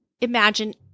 imagine